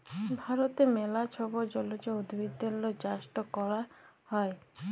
ভারতে ম্যালা ছব জলজ উদ্ভিদেরলে চাষট ক্যরা হ্যয়